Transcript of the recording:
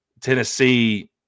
Tennessee